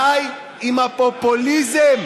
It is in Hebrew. די עם הפופוליזם.